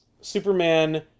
Superman